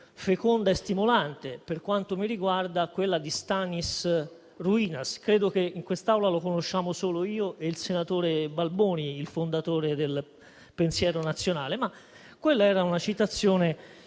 feconda e stimolante, per quanto mi riguarda, quella di Stanis Ruinas. Credo che in quest'Assemblea conosciamo solo io e il senatore Balboni il fondatore del "Pensiero nazionale". Quella era una citazione che,